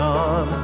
on